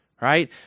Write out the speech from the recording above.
Right